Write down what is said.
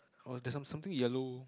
or there's some something yellow